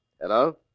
Hello